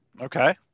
okay